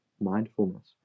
mindfulness